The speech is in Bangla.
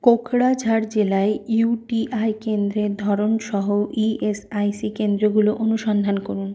কোকরাঝাড় জেলায় ইউটিআই কেন্দ্রের ধরন সহ ইএসআইসি কেন্দ্রগুলো অনুসন্ধান করুন